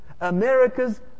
America's